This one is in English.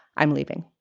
i'm leaving.